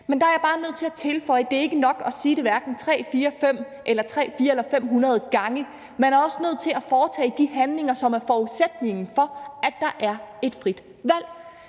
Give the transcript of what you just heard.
Men der er jeg bare nødt til at tilføje, at det ikke er nok at sige det, hverken 3, 4 eller 5 eller 300, 400 eller 500 gange, man er også nødt til at foretage de handlinger, som er forudsætningen for, at der er et frit valg.